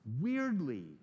weirdly